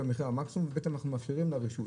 בעצם, אנחנו משאירים לרשות.